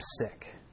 sick